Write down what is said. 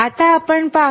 आता आपण पाहू